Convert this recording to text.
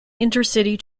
intercity